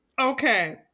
Okay